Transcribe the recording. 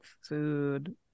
food